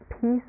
peace